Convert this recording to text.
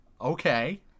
okay